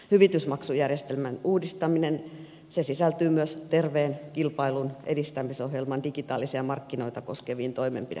hyvitysmaksujärjestelmän uudistaminen sisältyy myös terveen kilpailun edistämisohjelman digitaalisia markkinoita koskeviin toimenpidekirjauksiin